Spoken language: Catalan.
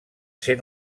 ser